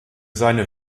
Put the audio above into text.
seine